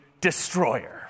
destroyer